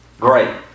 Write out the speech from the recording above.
great